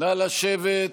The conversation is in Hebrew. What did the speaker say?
נא לשבת.